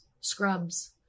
scrubs